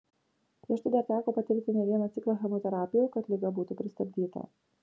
prieš tai dar teko patirti ne vieną ciklą chemoterapijų kad liga būtų pristabdyta